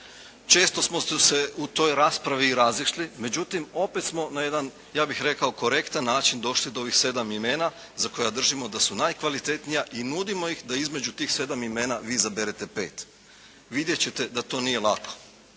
Često smo se u toj raspravi i razišli. Međutim opet smo na jedan ja bih rekao korektan način došli do ovih 7 imena za koja držimo da su najkvalitetnija i nudimo ih da između tih 7 imena vi izaberete 5. Vidjet ćete da to nije lako.